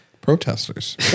Protesters